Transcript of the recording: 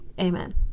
Amen